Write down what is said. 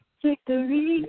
victory